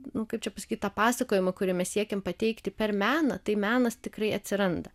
nu kaip čia pasakyt tą pasakojimą kurį mes siekiam pateikti per meną tai menas tikrai atsiranda